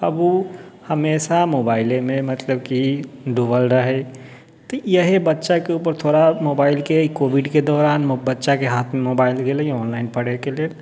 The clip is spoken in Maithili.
अब ओ हमेशा मोबाइलेमे मतलब कि डुबल रहै तऽ इएह बच्चाके उपर थोड़ा मोबाइलके ई कोविडके दौरान बच्चाके हाथमे मोबाइल गेलै ऑनलाइन पढ़ैके लेल